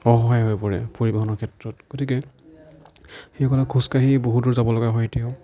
অসহায় হৈ পৰে পৰিবহনৰ ক্ষেত্ৰত গতিকে সেইসকলে খোজ কাঢ়িয়ে বহুত দূৰ যাব লগা হয় তেওঁ